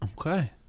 Okay